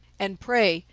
and pray,